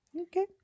Okay